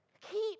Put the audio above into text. Keep